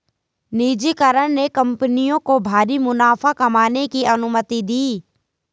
निजीकरण ने कंपनियों को भारी मुनाफा कमाने की अनुमति दी